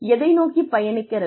எதை நோக்கி பயணிக்கிறது